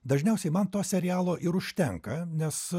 dažniausiai man to serialo ir užtenka nes